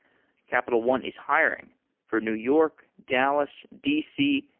capital one is hiring for new york, dallas, d c.